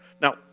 Now